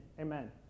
amen